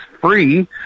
free